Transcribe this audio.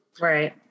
Right